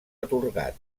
atorgat